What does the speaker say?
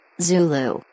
Zulu